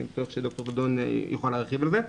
אני מניח שד"ר דאדון יוכל להרחיב על זה.